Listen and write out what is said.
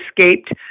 escaped